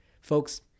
Folks